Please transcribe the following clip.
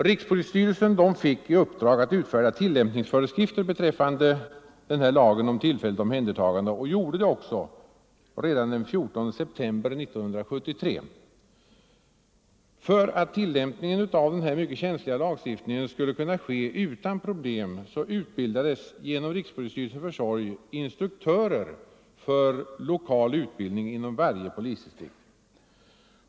Rikspolisstyrelsen fick i uppdrag att utfärda tillämpningsföreskrifter beträffande denna lag om tillfälligt omhändertagande och gjorde det också redan den 14 september 1973. För att tillämpningen av den här mycket känsliga lagstiftningen skulle kunna ske utan problem utbildades genom rikspolisstyrelsens försorg instruktörer för lokal utbildning inom varje polisdistrikt.